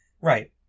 Right